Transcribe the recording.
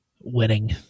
Winning